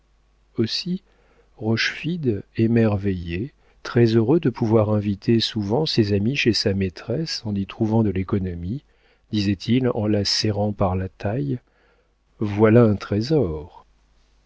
aussi rochefide émerveillé très heureux de pouvoir inviter souvent ses amis chez sa maîtresse en y trouvant de l'économie disait-il en la serrant par la taille voilà un trésor